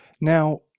Now